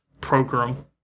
Program